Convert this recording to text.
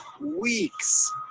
weeks